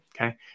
Okay